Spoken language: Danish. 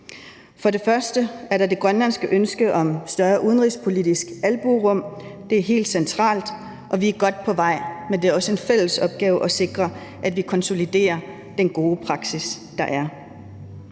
For det første er der det grønlandske ønske om større udenrigspolitisk albuerum. Det er helt centralt, og vi er godt på vej, men det er også en fælles opgave, at vi konsoliderer den gode praksis, der er.